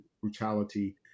brutality